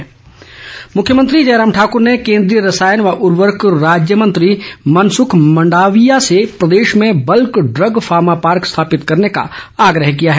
मुख्यमंत्री मुख्यमंत्री जयराम ठाकूर ने केन्द्रीय रसायन व उर्वरक राज्य मंत्री मनसुख मंडाविया से प्रदेश में बल्क ड्रग फार्मा पार्क स्थापित करने का आग्रह किया है